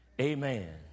Amen